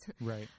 Right